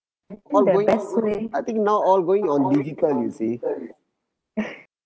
now all going o~ I think now all going on digital you see